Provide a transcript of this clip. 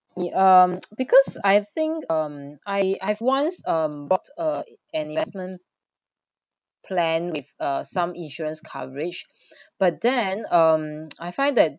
it um because I think um I I've once um bought uh an investment plan with uh some insurance coverage but then um I find that